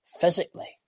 physically